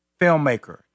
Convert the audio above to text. filmmaker